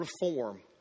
reform